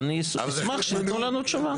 אני אשמח שיתנו לנו תשובה.